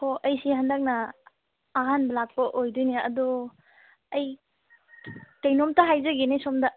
ꯑꯣ ꯑꯩꯁꯤ ꯍꯟꯗꯛꯅ ꯑꯍꯥꯟꯕ ꯂꯥꯛꯄ ꯑꯣꯏꯗꯣꯏꯅꯦ ꯑꯗꯣ ꯑꯩ ꯀꯔꯤꯅꯣꯝꯇ ꯍꯥꯥꯏꯖꯒꯦꯅꯦ ꯁꯣꯝꯗ